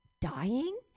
Dying